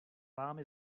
vámi